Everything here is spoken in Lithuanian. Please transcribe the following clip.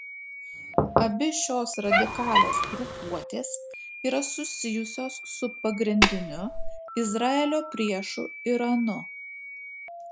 abi šios radikalios grupuotės yra susijusios su pagrindiniu izraelio priešu iranu